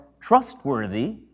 trustworthy